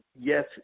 yes